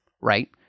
right